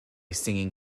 singing